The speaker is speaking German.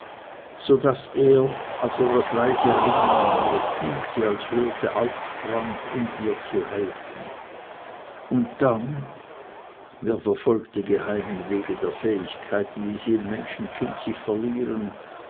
so daß er als er das leise ringen mehr fühlte als hörte aufsprang um ihr zu helfen und dann wer verfolgt die geheimen wege der fähigkeiten wie sie im menschenkind sich verlieren